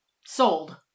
Sold